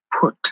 put